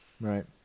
Right